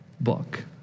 book